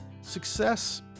success